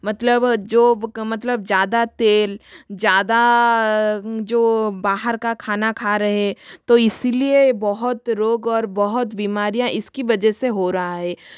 मतलब जो मतलब ज़्यादा तेल ज़्यादा जो बाहर का खाना खा रहे है तो इसी लिए बहुत रोग और बहुत बीमारियाँ इसकी वजह से हो रही है